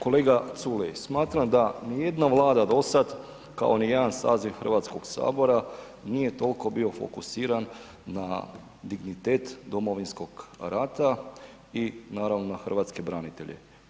Kolega Culej, smatram da nijedna Vlada do sad kao nijedan saziv Hrvatskog sabora nije toliko bio fokusiran na dignitet Domovinskog rata i naravno hrvatske branitelje.